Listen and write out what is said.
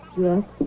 Yes